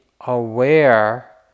aware